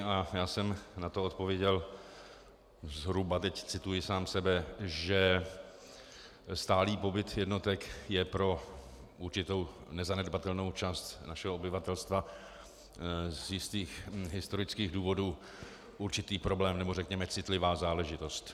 A já jsem na to odpověděl zhruba, teď cituji sám sebe, že stálý pobyt jednotek je pro určitou nezanedbatelnou část našeho obyvatelstva z jistých historických důvodů určitý problém, nebo řekněme citlivá záležitost.